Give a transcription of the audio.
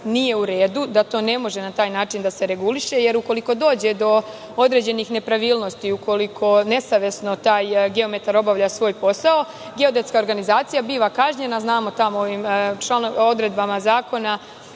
nije u redu, da to ne može na taj način da se reguliše, jer ukoliko dođe do određenih nepravilnosti, ukoliko nesavesno taj geometar obavlja svoj posao, geodetska organizacija biva kažnjena odredbama zakona